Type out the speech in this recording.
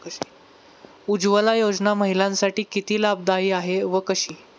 उज्ज्वला योजना महिलांसाठी किती लाभदायी आहे व कशी?